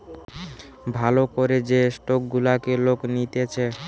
ভাল করে যে স্টক গুলাকে লোক নিতেছে